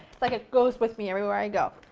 but it goes with me everywhere i go.